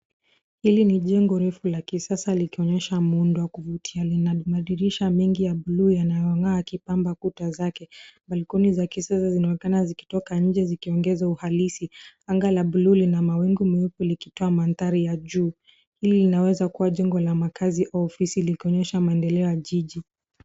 Hili ni jengo refu la kisasa likionyesha muundo wa kuvutia. Lina madirisha mengi ya buluu yanayong'aa yakipamba kuta zake. Balcony za kisasa zinaonekana zikitoka nje zikiongeza uhalisi. Anga la bluu lina mawingu meupe likitoa mandhari ya juu. Hili linaweza kuwa jengo la makaazi au ofisi likionyesha maendeleo ya jiji.